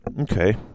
Okay